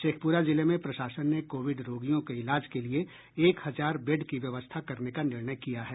शेखपुरा जिले में प्रशासन ने कोविड रोगियों के इलाज के लिए एक हजार बेड की व्यवस्था करने का निर्णय किया है